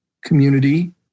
community